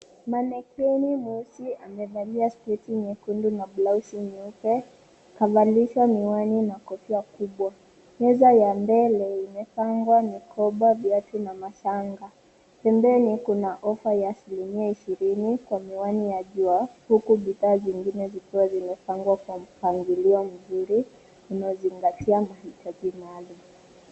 Manekini mweusi amevalia sketi nyekundu na blausi nyeupe, kavalishwa miwani na kofia kubwa. Meza ya mbele imepangwa mikoba, viatu, na mashanga. Pembeni kuna offer ya asilimia ishirini, kwa miwani ya jua, huku bidhaa zingine zikiwa zimepangwa kwa mpangilio mzuri, unaozingatia mahitaji maalum.